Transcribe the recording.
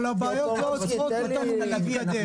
אבל הבעיות לא עוצרות אותנו מלהתקדם.